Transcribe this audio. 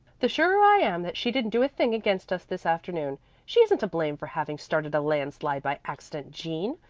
the surer i am that she didn't do a thing against us this afternoon. she isn't to blame for having started a landslide by accident, jean.